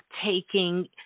taking